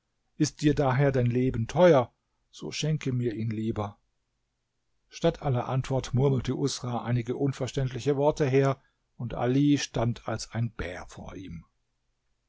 ist dir daher dein leben teuer so schenke mir ihn lieber statt aller antwort murmelte usra einige unverständliche worte her und ali stand als ein bär vor ihm